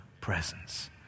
presence